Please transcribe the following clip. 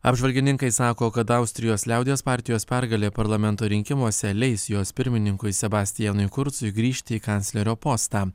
apžvalgininkai sako kad austrijos liaudies partijos pergalė parlamento rinkimuose leis jos pirmininkui sebastianui kurcui grįžti į kanclerio postą